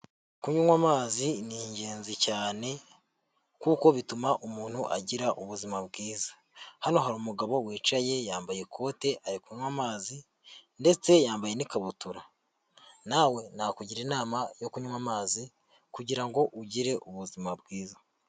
Kunywa amazi ni ingenzi cyane, kuko bituma umuntu agira ubuzima bwiza, hano hari umugabo wicaye yambaye ikote ari kunywa amazi ndetse yambaye n'ikabutura, nawe nakugira inama yo kunywa amazi kugira ngo ugire ubuzima bwiza.